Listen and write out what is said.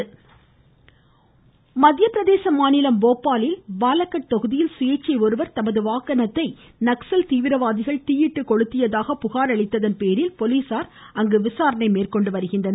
தேர்தல் விசாரணை மத்திய பிரதேச மாநிலம் போபாலில் பாலகட் தொகுதியில் சுயேச்சை ஒருவர் தமது வாகனத்தை நக்சல் தீவிரவாதிகள் தீயிட்டு கொளுத்தியதாக புகாா் அளித்ததன் பேரில் போலீசார் விசாரணை மேற்கொண்டு வருகின்றனர்